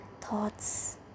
thoughts